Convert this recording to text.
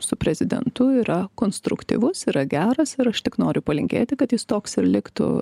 su prezidentu yra konstruktyvus yra geras ir aš tik noriu palinkėti kad jis toks ir liktų